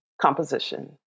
composition